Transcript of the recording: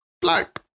black